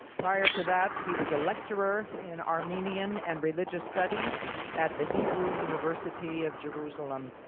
prior to that he was a lecturer in armenian and religious studies at the hebrew university of jerusalem.